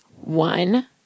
One